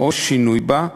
או שינוי בה.